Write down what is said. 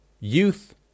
youth